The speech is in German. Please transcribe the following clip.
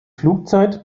flugzeit